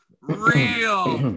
real